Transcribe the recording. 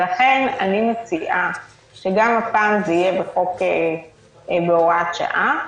ולכן אני מציעה שגם הפעם זה יהיה בחוק בהוראת שעה.